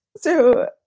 so,